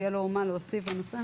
יהיה לו מה להוסיף בנושא?